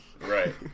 right